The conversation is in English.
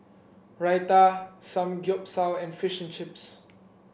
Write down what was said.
Raita Samgyeopsal and Fish and Chips